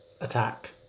attack